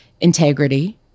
integrity